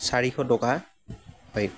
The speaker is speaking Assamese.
চাৰিশ টকা হয়